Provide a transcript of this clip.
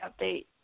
update